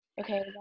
okay